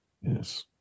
yes